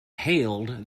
hailed